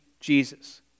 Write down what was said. Jesus